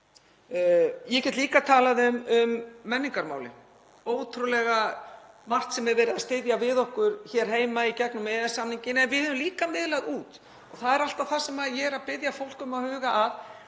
Ég get líka talað um menningarmálin, það er ótrúlega margt sem er verið að styðja við okkur hér heima í gegnum EES-samninginn en við höfum líka miðlað út. Það er alltaf það sem ég er að biðja fólk um að huga að,